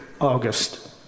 August